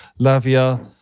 Lavia